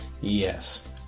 Yes